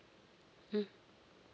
mm